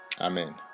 Amen